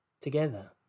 together